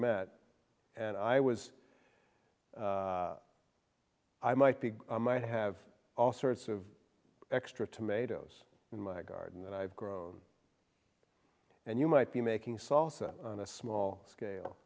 met and i was i might be i have all sorts of extra tomatoes in my garden that i've grown and you might be making salsa on a small scale